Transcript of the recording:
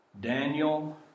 Daniel